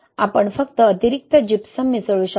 आपण फक्त अतिरिक्त जिप्सम मिसळू शकता